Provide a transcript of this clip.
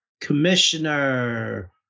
Commissioner